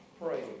praying